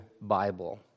Bible